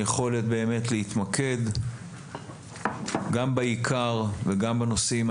היכולת באמת להתמקד גם בעיקר וגם בנושאים.